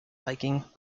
hiking